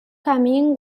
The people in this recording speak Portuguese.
caminho